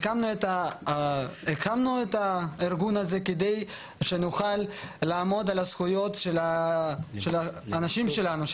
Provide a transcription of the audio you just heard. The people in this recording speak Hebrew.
הקמנו את הארגון הזה כדי שנוכל לעמוד על הזכויות של האנשים שלנו,